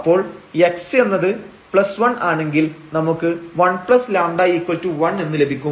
അപ്പോൾ x എന്നത് 1 ആണെങ്കിൽ നമുക്ക് 1λ1 എന്ന് ലഭിക്കും